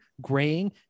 graying